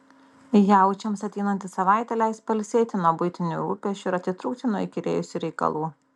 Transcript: jaučiams ateinanti savaitė leis pailsėti nuo buitinių rūpesčių ir atitrūkti nuo įkyrėjusių reikalų